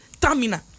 terminal